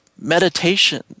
meditation